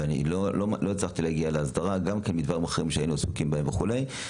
ולא הצלחתי להגיע להסדרה בגלל דברים אחרים בהם היינו עסוקים וכולי,